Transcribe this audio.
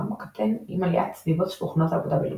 קטן עם עליית סביבות שולחנות עבודה בלינוקס.